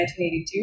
1982